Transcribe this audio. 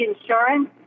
insurance